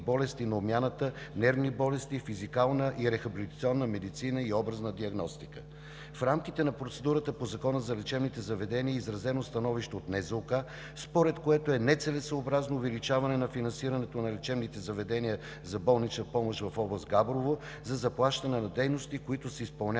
болести на обмяната, нервни болести, физикална и рехабилитационна медицина и образна диагностика. В рамките на процедурата по Закона за лечебните заведения е изразено становище от НЗОК, според което е нецелесъобразно увеличаване на финансирането на лечебните заведения за болнична помощ в област Габрово за заплащане на дейности, които се изпълняват